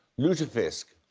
lutefisk.